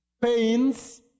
pains